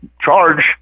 charge